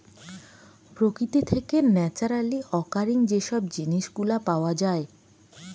প্রকৃতি থেকে naturally occurring যে সব জিনিস গুলা পাওয়া যায়